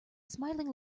smiling